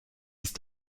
ist